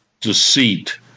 Deceit